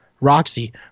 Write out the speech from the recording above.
Roxy